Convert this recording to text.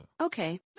Okay